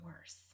worse